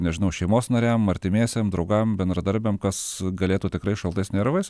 nežinau šeimos nariam artimiesiem draugam bendradarbiam kas galėtų tikrai šaltais nervais